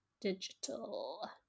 digital